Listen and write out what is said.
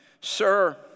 sir